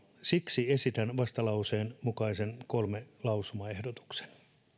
siksi esitän vastalauseen mukaisen kolmannen lausumaehdotuksen